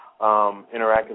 interactive